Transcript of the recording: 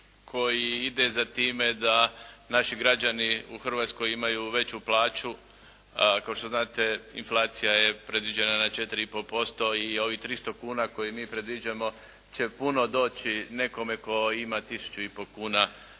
koji ide za time da naši građani u Hrvatskoj imaju veću plaću. Kao što znate inflacija je predviđena na 4 i pol posto i ovih 300 kuna koje mi predviđamo će puno doći nekome tko ima 1500 kuna